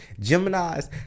Geminis